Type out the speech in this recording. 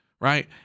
right